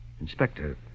Inspector